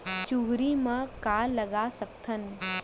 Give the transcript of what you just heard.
चुहरी म का लगा सकथन?